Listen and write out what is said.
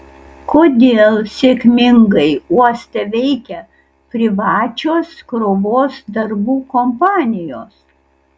kodėl sėkmingai uoste veikia privačios krovos darbų kompanijos